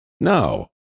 No